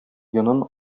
йонын